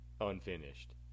Unfinished